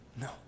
No